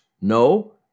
No